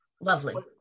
Lovely